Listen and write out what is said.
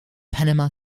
panama